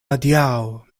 adiaŭ